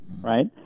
right